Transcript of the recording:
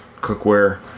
cookware